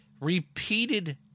repeated